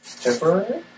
Temporary